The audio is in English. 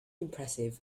impressive